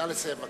נא לסיים.